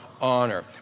honor